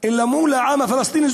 אלא מול העם הפלסטיני.